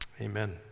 Amen